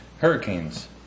Hurricanes